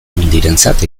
mundirentzat